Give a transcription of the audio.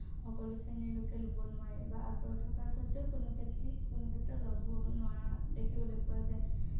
সকলো শ্ৰেণীৰ লোকে ল'ব নোৱাৰে বা আগ্ৰহ থকাৰ স্বত্তেও কোনো ক্ষেত্ৰি ক্ষেত্ৰত ল'ব নোৱাৰা দেখিবলৈ পোৱা যায়